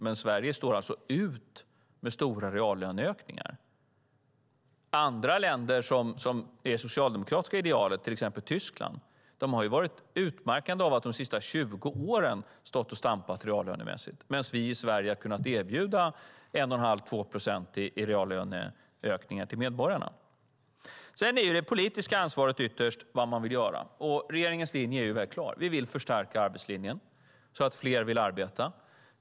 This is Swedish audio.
Men Sverige sticker alltså ut med stora reallöneökningar. I andra länder som är socialdemokratiska ideal, som Tyskland, har det utmärkande under de sista 20 åren varit att de har stått och stampat reallönemässigt, medan vi i Sverige har kunnat erbjuda 1,5-2 procent i reallöneökningar till medborgarna. Sedan är det politiska ansvaret ytterst vad man vill göra. Regeringens linje är väldigt klar: Vi vill förstärka arbetslinjen, så att fler vill arbeta.